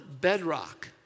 bedrock